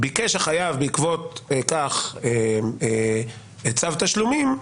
ביקש החייב בעקבות כך צו תשלומים,